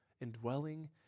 indwelling